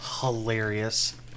Hilarious